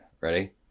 Ready